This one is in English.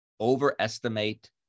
overestimate